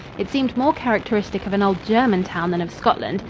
it seemed more characteristic of an old german town than of scotland.